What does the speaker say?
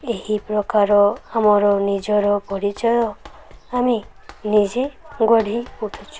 ଏହି ପ୍ରକାର ଆମର ନିଜର ପରିଚୟ ଆମେ ନିଜେ ଗଢ଼ି ପଠୁଛୁ